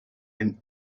and